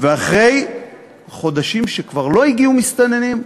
אחרי חודשים שלא הגיעו מסתננים,